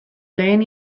lehen